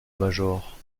major